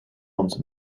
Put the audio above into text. ons